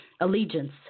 allegiance